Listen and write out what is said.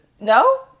no